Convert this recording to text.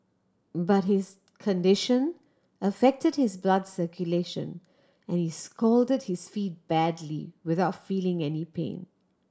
but his condition affected his blood circulation and he scalded his feet badly without feeling any pain